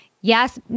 Yes